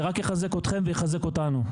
זה רק יחזק אתכם ויחזק אותנו.